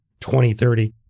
2030